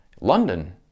London